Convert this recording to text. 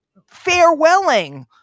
Farewelling